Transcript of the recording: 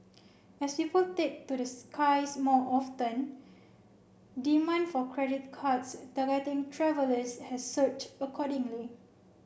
as people take to the skies more often demand for credit cards targeting travellers has surged accordingly